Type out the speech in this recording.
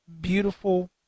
beautiful